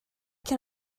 can